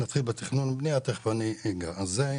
נתחיל בתכנון ובנייה ותכף אני אגע בזה.